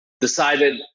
decided